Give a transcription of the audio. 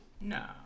No